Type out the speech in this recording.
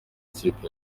kipe